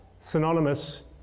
synonymous